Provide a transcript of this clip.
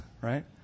right